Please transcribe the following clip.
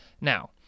now